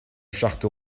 charte